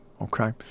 okay